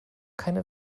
keine